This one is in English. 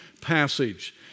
passage